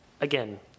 again